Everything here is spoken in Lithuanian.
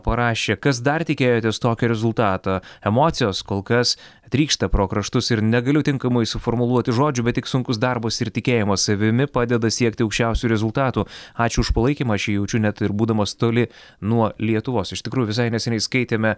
parašė kas dar tikėjotės tokio rezultato emocijos kol kas trykšta pro kraštus ir negaliu tinkamai suformuluoti žodžių bet tik sunkus darbas ir tikėjimas savimi padeda siekti aukščiausių rezultatų ačiū už palaikymą aš jį jaučiu net ir būdamas toli nuo lietuvos iš tikrųjų visai neseniai skaitėme